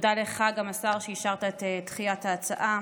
תודה גם לך, השר, שאישרת את דחיית ההצעה.